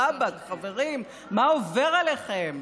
רבאק, חברים, מה עובר עליכם?